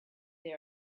they